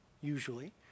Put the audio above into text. usually